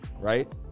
right